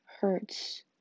hurts